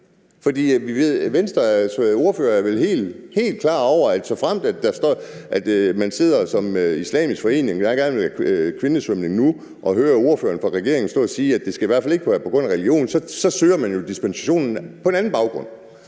For Venstres ordfører er vel helt klar over, at såfremt man sidder i en islamisk forening og gerne vil have kvindesvømning nu og hører ordføreren fra regeringen stå og sige, at det i hvert fald ikke skal være på grund af religion, så søger man jo dispensation på en anden baggrund,